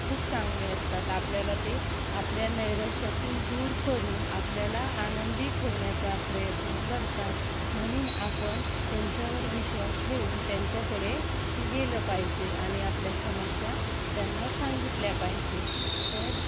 खूप चांगले असतात आपल्याला ते आपल्या नैराश्यातून दूर करून आपल्याला आनंदी ठेवण्याचा प्रयत्न करतात म्हणून आपण त्यांच्यावर विश्वास ठेवून त्यांच्याकडे गेलं पाहिजे आणि आपल्या समस्या त्यांना सांगितल्या पाहिजे तर